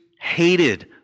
hated